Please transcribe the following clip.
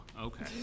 okay